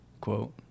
Quote